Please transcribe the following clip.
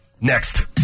Next